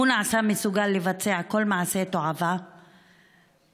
הוא נעשה מסוגל לבצע כל מעשה תועבה למען